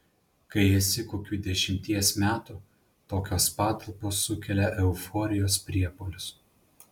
kai esi kokių dešimties metų tokios patalpos sukelia euforijos priepuolius